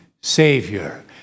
Savior